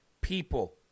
people